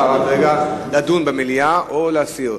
לדון במליאה או להסיר.